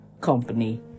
company